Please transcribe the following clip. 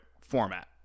format